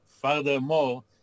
furthermore